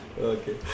Okay